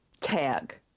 tag